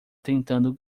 tentando